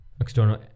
external